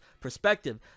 perspective